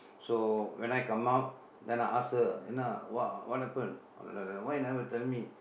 so when I come out then I ask her என்னா:ennaa uh what happen ஒன்னும் இல்ல:onnum illa why you never tell me